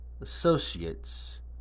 associates